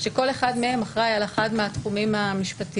שכל אחד מהם אחראי על אחד מהתחומים המשפטיים.